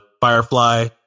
Firefly